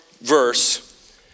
verse